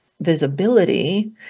visibility